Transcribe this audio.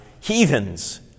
heathens